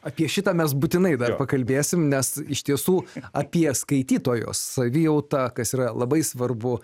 apie šitą mes būtinai dar pakalbėsim nes iš tiesų apie skaitytojo savijautą kas yra labai svarbu